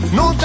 no